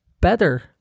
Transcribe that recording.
better